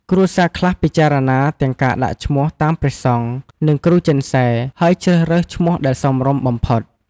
គ្រួសារខ្លះពិចារណាទាំងការដាក់ឈ្មោះតាមព្រះសង្ឃ និងគ្រូចិនសែ ហើយជ្រើសរើសឈ្មោះដែលសមរម្យបំផុត។